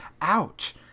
ouch